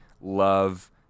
love